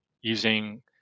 using